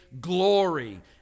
glory